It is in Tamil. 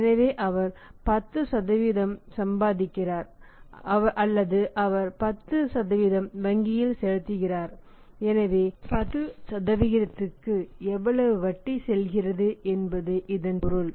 எனவே அவர் 10 சம்பாதிக்கிறார் அல்லது அவர் 10 வங்கியில் செலுத்துகிறார் எனவே 10 க்கு எவ்வளவு வட்டி செல்கிறது என்பது இதன் பொருள்